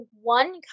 one